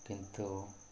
କିନ୍ତୁ